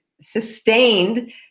sustained